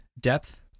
depth